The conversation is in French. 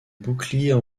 boucliers